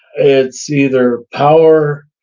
it's either power,